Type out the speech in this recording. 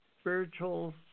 spiritual